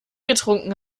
getrunken